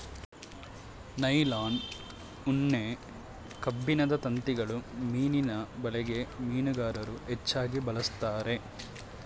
nylon, ಉಣ್ಣೆ, ಕಬ್ಬಿಣದ ತಂತಿಗಳು ಮೀನಿನ ಬಲೆಗೆ ಮೀನುಗಾರರು ಹೆಚ್ಚಾಗಿ ಬಳಸ್ತರೆ